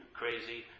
crazy